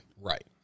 Right